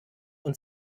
und